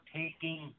taking